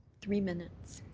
three minutes?